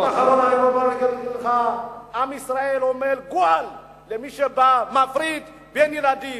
עם ישראל אומר "גועל" למי שבא ומפריד בין ילדים.